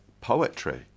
poetry